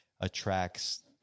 attracts